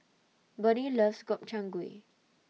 Bonnie loves Gobchang Gui